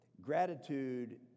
gratitude